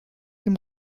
dem